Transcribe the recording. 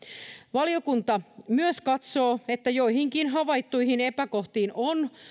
valiokunta myös katsoo että joihinkin havaittuihin epäkohtiin on